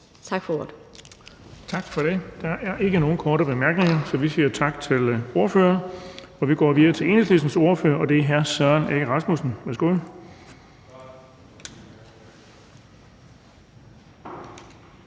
Bonnesen): Tak for det. Der er ikke nogen korte bemærkninger, så vi siger tak til ordføreren. Vi går videre til Enhedslistens ordfører, og det er hr. Søren Egge Rasmussen. Værsgo.